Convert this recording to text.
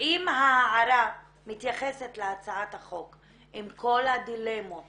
אם ההערה מתייחסת להצעת החוק עם כל הדילמות